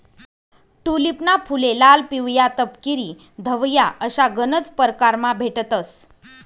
टूलिपना फुले लाल, पिवया, तपकिरी, धवया अशा गनज परकारमा भेटतंस